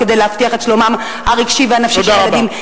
כדי להבטיח את שלומם הרגשי והנפשי של ילדים,